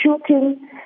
shooting